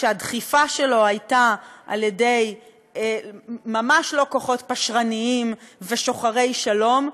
שהדחיפה שלו הייתה על-ידי ממש לא כוחות פשרניים ושוחרי שלום,